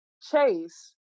Chase